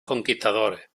conquistadores